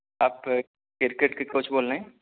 آپ کرکٹ کے کوچ بول رہے ہیں